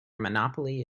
monopoly